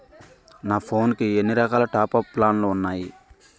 నా ఫోన్ కి ఎన్ని రకాల టాప్ అప్ ప్లాన్లు ఉన్నాయి?